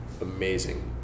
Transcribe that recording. amazing